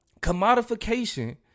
commodification